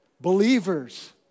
believers